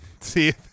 See